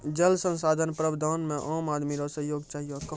जल संसाधन प्रबंधन मे आम आदमी रो सहयोग चहियो